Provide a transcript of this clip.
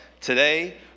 today